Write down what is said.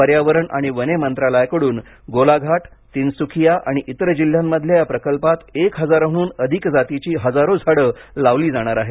पर्यावरण आणि वने मंत्रालयाकडून गोलाघाट तिनसुखिया आणि इतर प जिल्ह्यांमधल्या या प्रकल्पात एक हजारहून अधिक जातीची हजारो झाडं लावली जाणार आहेत